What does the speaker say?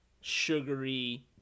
sugary